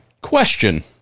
Question